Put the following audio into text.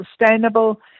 sustainable